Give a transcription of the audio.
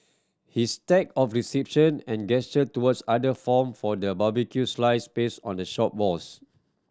his stack of reception and gesture towards other form for the barbecued slices pasted on the shop walls